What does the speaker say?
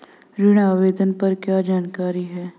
ऋण आवेदन पर क्या जानकारी है?